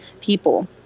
people